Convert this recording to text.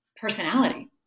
personality